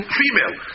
female